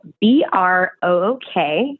B-R-O-K